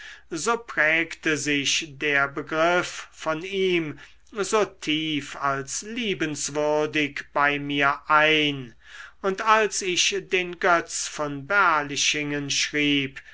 so prägte sich der begriff von ihm so tief als liebenswürdig bei mir ein und als ich den götz von berlichingen schrieb